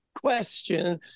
question